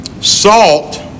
Salt